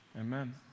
Amen